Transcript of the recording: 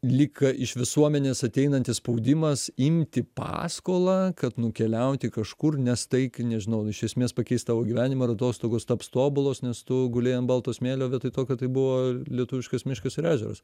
lyg iš visuomenės ateinantis spaudimas imti paskolą kad nukeliauti kažkur nes tai k nežinau iš esmės pakeis tavo gyvenimą ir atostogos taps tobulos nes tu guli ant balto smėlio vietoj to kad tai buvo lietuviškas miškas ir ežeras